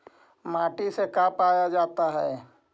माटी से का पाया जाता है?